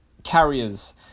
carriers